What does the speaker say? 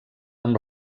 amb